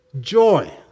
Joy